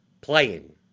Playing